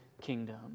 kingdom